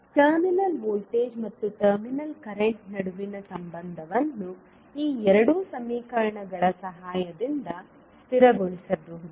terminal voltage ಮತ್ತು terminal current ನಡುವಿನ ಸಂಬಂಧವನ್ನು ಈ ಎರಡು ಸಮೀಕರಣಗಳ ಸಹಾಯದಿಂದ ಸ್ಥಿರಗೊಳಿಸಬಹುದು